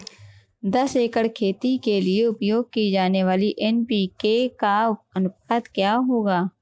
दस एकड़ खेती के लिए उपयोग की जाने वाली एन.पी.के का अनुपात क्या होगा?